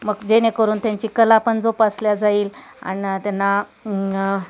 मग जेणेकरून त्यांची कला पण जोपासल्या जाईल अन् त्यांना